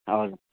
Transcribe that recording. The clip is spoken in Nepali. हजुर